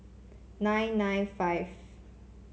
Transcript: nine nine five